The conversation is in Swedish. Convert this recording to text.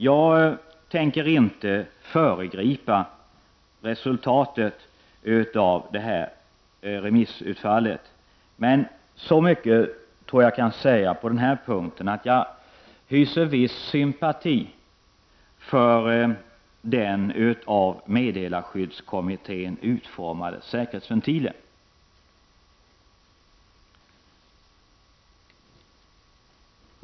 Jag tänker inte föregripa resultatet av detta remissförfarande. Men så mycket kan jag säga på den här punkten att jag hyser viss sympati för den av meddelarskyddskommittén utformade säkerhetsventilen.